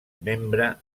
membre